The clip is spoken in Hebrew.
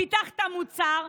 פיתחת מוצר,